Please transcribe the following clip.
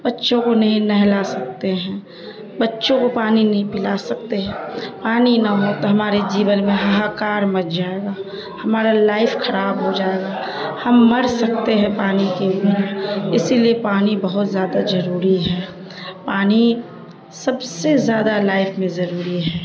بچوں کو نہیں نہلا سکتے ہیں بچوں کو پانی نہیں پلا سکتے ہیں پانی نہ ہو تو ہمارے جیون میں ہاہاکار مچ جائے گا ہمارا لائف خراب ہو جائے گا ہم مر سکتے ہیں پانی کے بنا اسی لیے پانی بہت زیادہ ضروری ہے پانی سب سے زیادہ لائف میں ضروری ہے